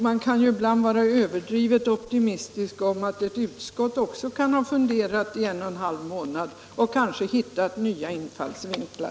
Man kan ibland vara överdrivet optimistisk och tro att ett utskott också kan ha funderat i en och en halv månad och kanske hittat nya infallsvinklar.